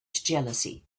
jealousy